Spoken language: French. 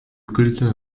culte